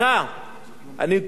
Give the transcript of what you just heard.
אני מכבד אתכם,